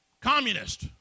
Communist